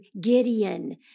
Gideon